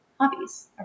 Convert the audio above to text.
hobbies